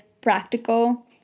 practical